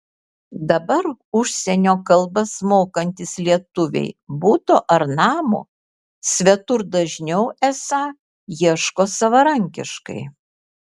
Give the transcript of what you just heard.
dabar užsienio kalbas mokantys lietuviai buto ar namo svetur dažniau esą ieško savarankiškai